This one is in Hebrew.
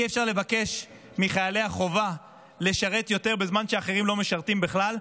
אי-אפשר לבקש מחיילי החובה לשרת יותר בזמן שאחרים לא משרתים בכלל.